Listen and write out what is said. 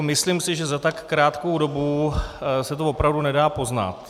Myslím si, že za tak krátkou dobu se to opravdu nedá poznat.